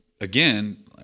again